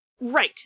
Right